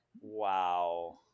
wow